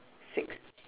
six